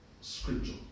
scripture